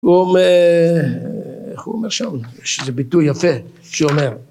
הוא אומר, איך הוא אומר שם? יש לזה ביטוי יפה, שאומר: